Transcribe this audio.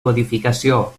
codificació